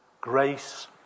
Grace